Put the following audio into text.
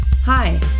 Hi